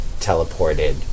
teleported